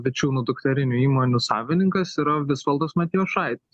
vičiūnų dukterinių įmonių savininkas yra visvaldas matijošaitis